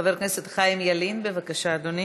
חבר הכנסת חיים ילין, בבקשה, אדוני.